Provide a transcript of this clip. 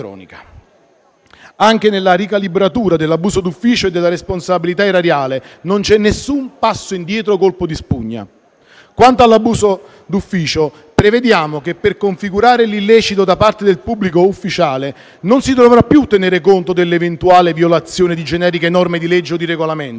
Anche nella ricalibratura dell'abuso d'ufficio e della responsabilità erariale non c'è nessun passo indietro o colpo di spugna. Quanto all'abuso d'ufficio, prevediamo che, per configurare l'illecito da parte del pubblico ufficiale, non si dovrà più tenere conto dell'eventuale violazione di generiche norme di legge o di regolamento, ma della violazione di